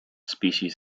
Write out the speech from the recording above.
species